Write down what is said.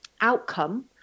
outcome